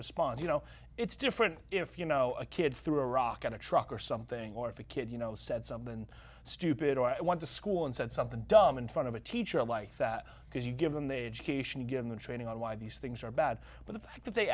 response you know it's different if you know a kid threw a rock at a truck or something or if a kid you know said something stupid or i want to school and said something dumb in front of a teacher like that because you give them the education give them training on why these things are bad but the fact that they